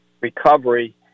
recovery